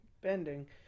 bending